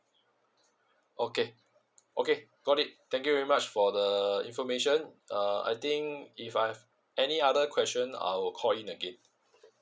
okay okay got it thank you very much for the information uh I think if I have any other question I'll call in again